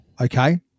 okay